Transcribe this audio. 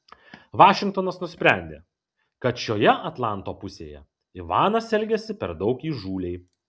vašingtonas nusprendė kad šioje atlanto pusėje ivanas elgiasi per daug įžūliai